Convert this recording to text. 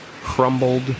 crumbled